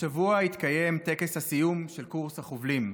השבוע יתקיים טקס הסיום של קורס החובלים.